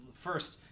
First